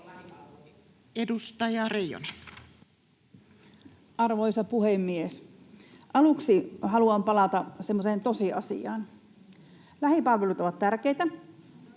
Edustaja Reijonen. Arvoisa puhemies! Aluksi haluan palata semmoiseen tosiasiaan. Lähipalvelut ovat tärkeitä.